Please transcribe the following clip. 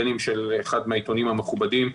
בין אם של אחד מהעיתונים המכובדים,